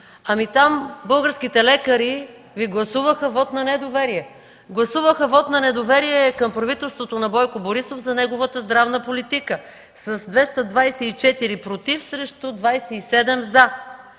Ами там българските лекари Ви гласуваха вот на недоверие. Гласуваха вот на недоверие към правителството на Бойко Борисов за неговата здравна политика с 224 „против” срещу 27 „за”.